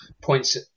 points